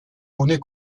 monnaie